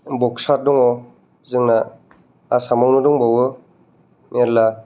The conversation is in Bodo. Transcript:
बक्सार दं जोंना आसामावनो दंबावो मेरला